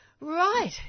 Right